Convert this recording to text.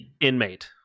inmate